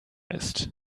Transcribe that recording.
ist